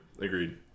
Agreed